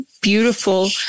beautiful